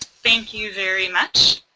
thank you very much.